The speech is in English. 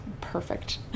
perfect